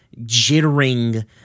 jittering